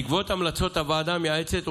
בעקבות המלצות הוועדה המייעצת,